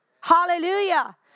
Hallelujah